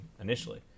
initially